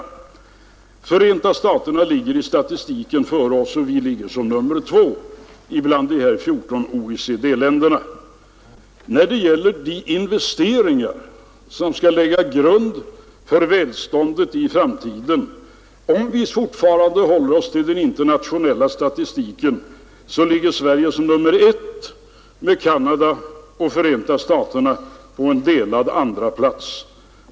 Förenta staterna ligger i statistiken före oss och vi ligger som nummer två bland de här 14 OECD-länderna. När det gäller de investeringar som skall lägga grunden för välståndet i framtiden ligger Sverige — om vi fortfarande håller oss till den internationella statistiken — som nummer ett med Canada och Förenta staterna på en delad andraplats.